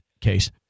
case